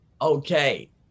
Okay